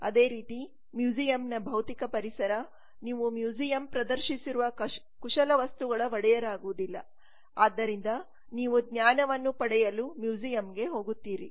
ಅದೇರೀತಿ ಮ್ಯೂಸೀಯಂನ ಭೌತಿಕ ಪರಿಸರ ನೀವು ಮ್ಯೂಸೀಯಂ ಪ್ರದರ್ಶಿಸಿರುವ ಕುಶಲವಸ್ತುಗಳ ಒಡೆಯರಾಗುವದಿಲ್ಲ ಆದರೆ ನೀವು ಜ್ಞಾನವನ್ನು ಪಡೆಯಲು ಮ್ಯೂಸೀಯಂಗೆಹೋಗುತ್ತೀರಿ